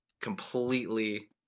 completely